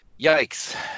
yikes